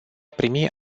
primi